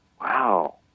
wow